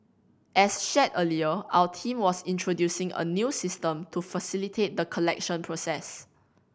as shared earlier our team was introducing a new system to facilitate the collection process